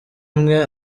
imwe